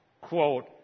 Quote